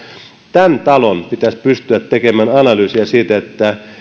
tämän talon pitäisi pystyä tekemään analyysia siitä